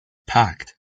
packed